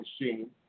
machine